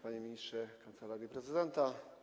Panie Ministrze w Kancelarii Prezydenta!